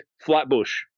flatbush